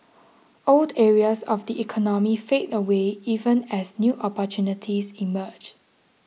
old areas of the economy fade away even as new opportunities emerge